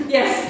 Yes